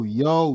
yo